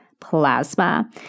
plasma